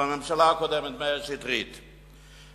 מאיר שטרית.